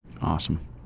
Awesome